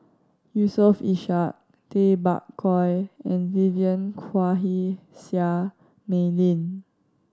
Yusof Ishak Tay Bak Koi and Vivien Quahe Seah Mei Lin